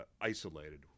isolated